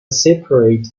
separate